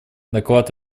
доклад